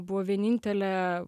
buvo vienintelė